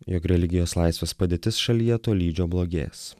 jog religijos laisvės padėtis šalyje tolydžio blogės